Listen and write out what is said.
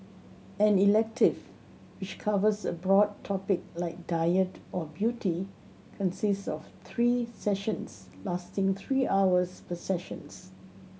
an elective which covers a broad topic like diet or beauty consists of three sessions lasting three hours per sessions